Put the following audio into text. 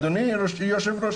אדוני היושב-ראש.